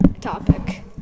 topic